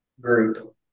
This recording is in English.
group